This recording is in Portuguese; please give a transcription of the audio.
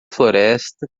floresta